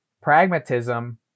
pragmatism